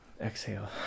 exhale